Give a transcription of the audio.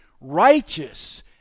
righteous